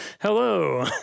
Hello